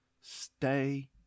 stay